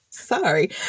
Sorry